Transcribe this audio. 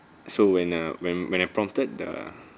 so when ah when when I prompted the